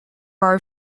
are